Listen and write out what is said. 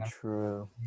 true